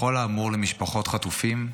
בכל האמור למשפחות חטופים,